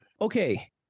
okay